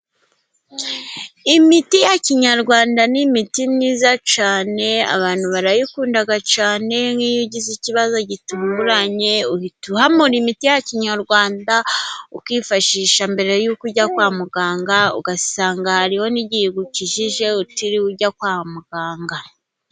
Imiti ya Kinyarwanda ni imiti myiza cyane. Abantu barayikunda cyane, nk’iyo ugize ikibazo gitunguranye, uhita uhamura imiti ya Kinyarwanda ukifashisha mbere y’uko ujya kwa muganga. Ugasanga hariho n’igihe igukijije utiriwe ujya kwa muganga.